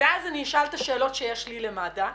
ואז אני אשאל את השאלות שיש לי למד"א,